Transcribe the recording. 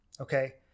okay